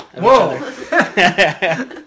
whoa